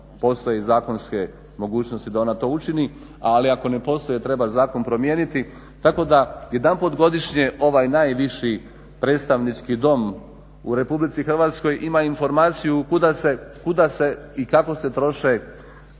postoje zakonske mogućnosti da ona to učini, ali ako ne postoji treba zakon promijeniti tako da jedanput godišnje ovaj najviši predstavnički Dom u RH ima informaciju kuda se i kako se troši